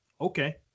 okay